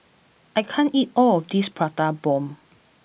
I can't eat all of this Prata Bomb